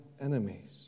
enemies